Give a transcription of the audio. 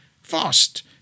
fast